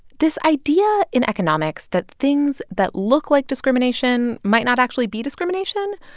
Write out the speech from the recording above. this idea in economics that things that look like discrimination might not actually be discrimination,